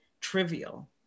trivial